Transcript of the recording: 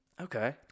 Okay